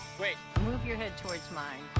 wait. move your head towards mine.